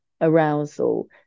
arousal